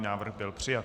Návrh byl přijat.